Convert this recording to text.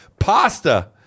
Pasta